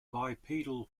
bipedal